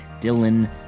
Dylan